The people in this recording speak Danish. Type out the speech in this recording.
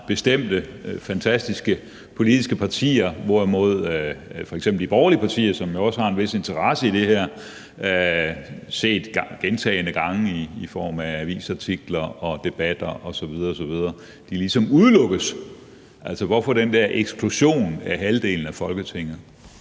det her i Folketinget, mens f.eks. de borgerlige partier, som jo også har en vis interesse i det her – set gentagne gange i avisartikler og debatter osv. osv. – ligesom udelukkes. Altså, hvorfor den der eksklusion af halvdelen af Folketinget?